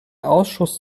ausschuss